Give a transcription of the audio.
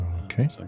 Okay